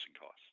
costs